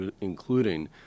including